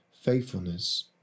faithfulness